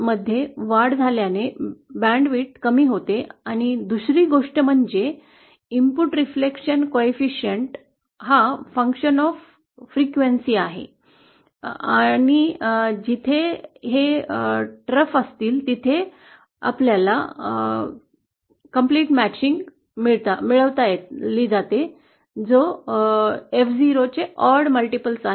मध्ये वाढ झाल्याने बँडची रुंदी कमी होते आणि दुसरी गोष्ट म्हणजे इनपुट रिफ्लेक्शन सह कार्यक्षम तीव्रता हे वारंवारतेचे function आहे आणि जिथे हे कुंड असतील तिथे एक परिपूर्ण मैच मिळवला जातो जो एफ ० चा ऑड मल्टिपल आहे